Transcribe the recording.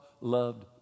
loved